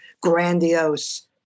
grandiose